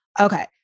Okay